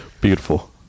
beautiful